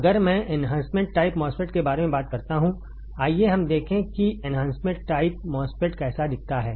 अगर मैं enhancement type MOSFET के बारे में बात करता हूं आइए हम देखें कि एन्हांसमेंट टाइप MOSFET कैसा दिखता है